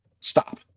Stop